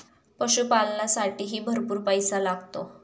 पशुपालनालासाठीही भरपूर पैसा लागतो